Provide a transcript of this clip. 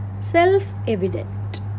self-evident